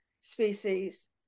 species